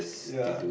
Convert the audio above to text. ya